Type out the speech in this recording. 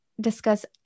Discuss